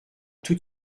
tout